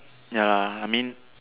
ya I mean